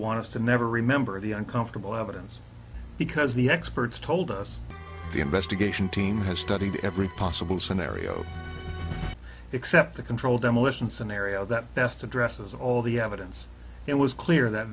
want to never remember the uncomfortable evidence because the experts told us the investigation team has studied every possible scenario except the controlled demolition scenario that best addresses all the evidence it was clear that